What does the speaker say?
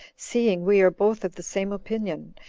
seeing we are both of the same opinion,